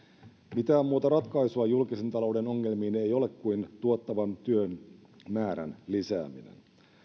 mitään muuta ratkaisua julkisen talouden ongelmiin ei ole kuin tuottavan työn määrän lisääminen